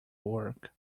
work